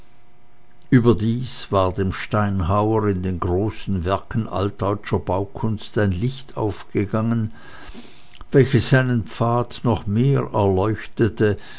überdies war dem steinhauer in den großen werken altdeutscher baukunst ein licht aufgegangen welches seinen pfad noch mehr erleuchtete